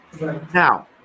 Now